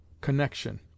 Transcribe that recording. connection